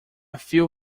few